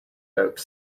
hope